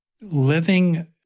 living